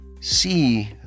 see